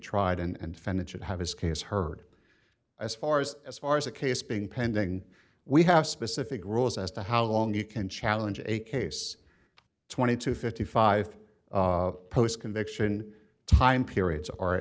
tried and found it should have his case heard as far as as far as the case being pending we have specific rules as to how long you can challenge a case twenty to fifty five post conviction time periods are